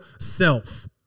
Self